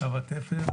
יו"ר ועדת ביטחון פנים: